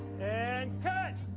and cut!